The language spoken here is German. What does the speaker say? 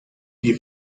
die